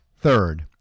Third